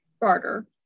barter